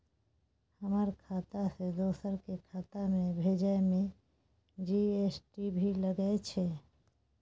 हमर खाता से दोसर के खाता में भेजै में जी.एस.टी भी लगैछे?